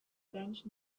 bench